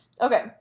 Okay